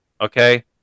Okay